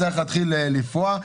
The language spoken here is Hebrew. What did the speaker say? צריך להתחיל לפרוע.